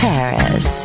Paris